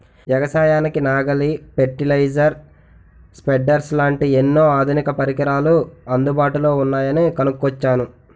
ఎగసాయానికి నాగలి, fertiliser, spreaders లాంటి ఎన్నో ఆధునిక పరికరాలు అందుబాటులో ఉన్నాయని కొనుక్కొచ్చాను